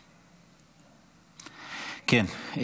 כן,